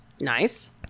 Nice